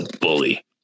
bully